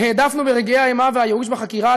שהעדפנו ברגעי האימה והייאוש בחקירה,